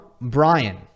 Brian